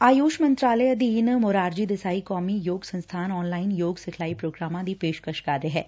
ਆਯੁਸ਼ ਮੰਤਰਾਲੇ ਅਧੀਨ ਮੋਰਾਰਜੀ ਦੇਸਾਈ ਕੌਮੀ ਯੋਗ ਸੰਸਬਾਨ ਆਨ ਲਾਈਨ ਯੋਗ ਸਿਖਲਾਈ ਪ੍ਰੋਗਰਾਮਾ ਦੀ ਪੇਸ਼ਕਸ਼ ਕਰ ਰਿਹੈ